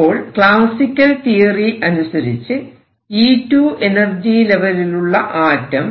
അപ്പോൾ classical theory അനുസരിച്ച് E2 energy ലെവലിലുള്ള ആറ്റം